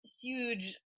huge